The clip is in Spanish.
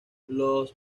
los